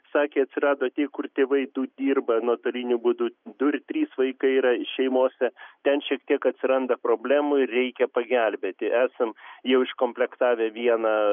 sakė atsirado tie kur tėvai du dirba nuotoliniu būdu du ir trys vaikai yra šeimose ten šiek tiek atsiranda problemų reikia pagelbėti esam jau iš komplektavę vieną